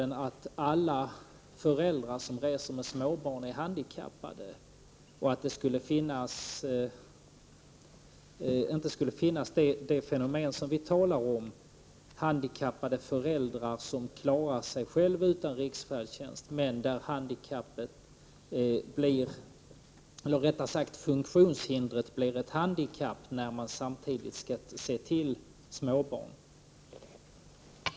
Han sade att alla föräldrar som reser med små barn är handikappade och att det fall som vi talar om, handikappade föräldrar som klarar sig själva utan riksfärdtjänst, men för vilka funktionshindret blir ett handikapp när de på resa skall se till sina små barn, inte existerar.